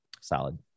Solid